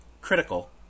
critical